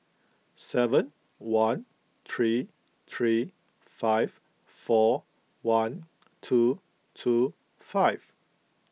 seven one three three five four one two two five